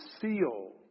seal